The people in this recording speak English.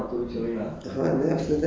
I don't know you said one or two weeks